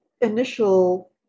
initial